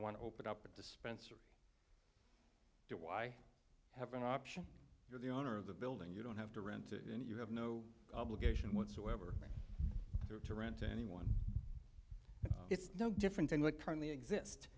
want to open up a dispensary do i have an option you're the owner of the building you don't have to rent it and you have no obligation whatsoever to rent to anyone it's no different than what currently exist